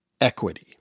equity